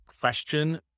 question